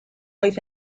oedd